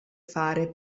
fare